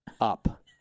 up